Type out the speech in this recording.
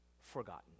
forgotten